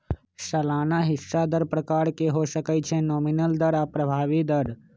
सलाना हिस्सा दर प्रकार के हो सकइ छइ नॉमिनल दर आऽ प्रभावी दर